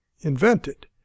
invented